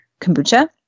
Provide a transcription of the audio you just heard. kombucha